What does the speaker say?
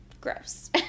gross